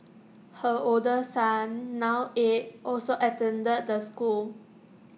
her older son now eight also attended the school